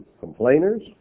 complainers